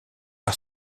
par